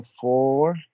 four